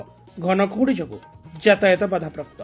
ଘନ କୁହୁଡି ଯୋଗୁଁ ଯାତାୟାତ ବାଧାପ୍ରାପ୍ତ